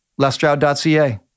lestroud.ca